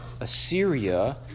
Assyria